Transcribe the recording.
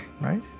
right